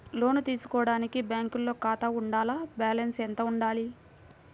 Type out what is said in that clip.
లోను తీసుకోవడానికి బ్యాంకులో ఖాతా ఉండాల? బాలన్స్ ఎంత వుండాలి?